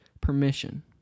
permission